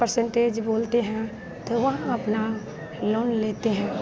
percentage बोलते हैं तो वहाँ अपना लोन लेते हैं